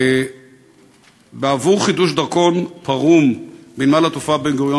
בעבור חידוש דרכון פרום בנמל-התעופה בן-גוריון